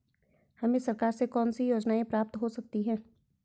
हमें सरकार से कौन कौनसी योजनाएँ प्राप्त हो सकती हैं?